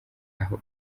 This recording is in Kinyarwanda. aho